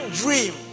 dream